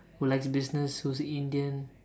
who likes business who's Indian